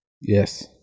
Yes